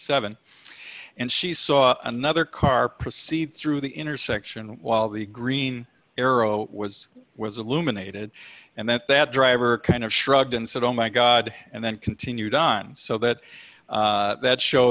seven and she saw another car proceed through the intersection while the green arrow was was alumina aided and that that driver kind of shrugged and said oh my god and then continued on so that that show